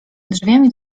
drzwiami